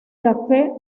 cafe